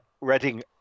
Reading